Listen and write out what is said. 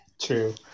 True